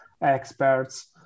experts